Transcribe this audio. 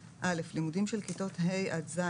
"8א1.צמצום מגעים לימודים של כיתות ה' עד ז'